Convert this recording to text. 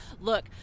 Look